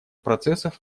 процессов